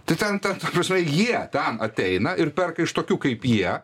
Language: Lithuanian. tai ten ten ta prasme jie ten ateina ir perka iš tokių kaip jie